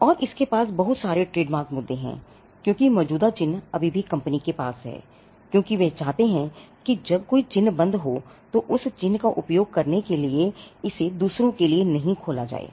और इसके पास बहुत सारे ट्रेडमार्क मुद्दे हैं क्योंकि मौजूदा चिह्न अभी भी कम्पनी के पास है क्योंकि वे चाहते हैं कि जब कोई चिह्न बंद हो तो उस चिह्न का उपयोग करने के लिए इसे दूसरों के लिए नहीं खोला जाएगा